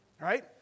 Right